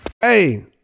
Hey